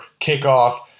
kickoff